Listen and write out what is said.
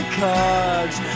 cards